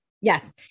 Yes